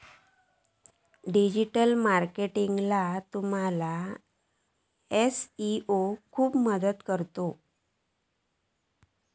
digital मार्केटिंगाक तुमका SEO खूप मदत करता